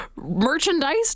Merchandise